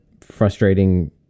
frustrating